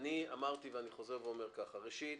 אני אמרתי ואני חוזר ואומר כך: ראשית,